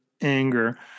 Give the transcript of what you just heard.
anger